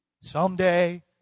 someday